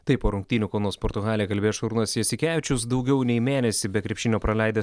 taip po rungtynių kauno sporto halėj kalbės šarūnas jasikevičius daugiau nei mėnesį be krepšinio praleidęs